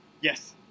yes